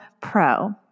pro